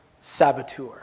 Saboteur